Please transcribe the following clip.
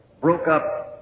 broke-up